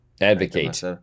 Advocate